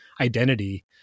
identity